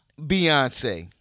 Beyonce